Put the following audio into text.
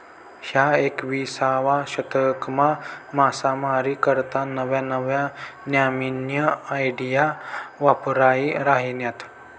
ह्या एकविसावा शतकमा मासामारी करता नव्या नव्या न्यामीन्या आयडिया वापरायी राहिन्यात